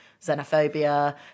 xenophobia